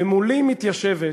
ומולי מתיישבת